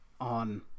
on